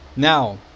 Now